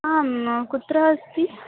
आं कुत्र अस्ति